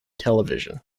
television